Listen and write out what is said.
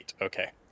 okay